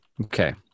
Okay